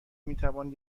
میتوان